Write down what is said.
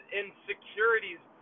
insecurities